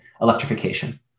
electrification